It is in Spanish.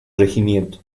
regimiento